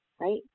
right